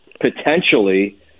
potentially